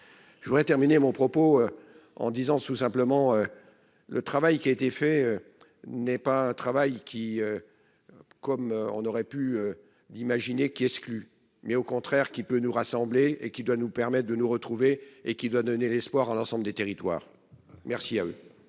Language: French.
Je voudrais terminer mon propos en disant sous simplement. Le travail qui a été fait. N'est pas un travail qui. Comme on aurait pu. Imaginer qui exclut mais au contraire qui peut nous rassembler et qui doit nous permettre de nous retrouver et qui doit donner l'espoir à l'ensemble des territoires. Merci à eux.